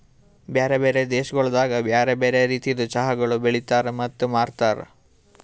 ಬ್ಯಾರೆ ಬ್ಯಾರೆ ದೇಶಗೊಳ್ದಾಗ್ ಬ್ಯಾರೆ ಬ್ಯಾರೆ ರೀತಿದ್ ಚಹಾಗೊಳ್ ಬೆಳಿತಾರ್ ಮತ್ತ ಮಾರ್ತಾರ್